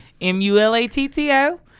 M-U-L-A-T-T-O